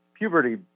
puberty